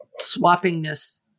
swappingness